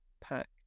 packed